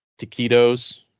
taquitos